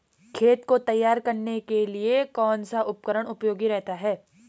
खेत को तैयार करने के लिए कौन सा उपकरण उपयोगी रहता है?